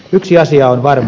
yksi asia on varma